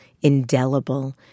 indelible